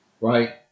right